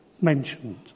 mentioned